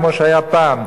כמו שהיה פעם,